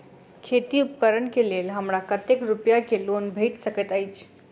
खेती उपकरण केँ लेल हमरा कतेक रूपया केँ लोन भेटि सकैत अछि?